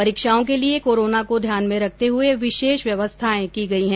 परीक्षाओं के लिये कोरोना को ध्यान में रखते हुए विशेष व्यवस्थाएं की गयी हैं